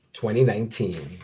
2019